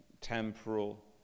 temporal